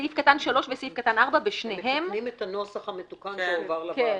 מתקנים את הנוסח המתוקן שהועבר לוועדה.